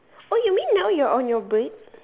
oh you mean now you're on your break